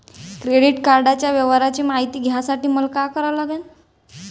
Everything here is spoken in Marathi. क्रेडिट कार्डाच्या व्यवहाराची मायती घ्यासाठी मले का करा लागन?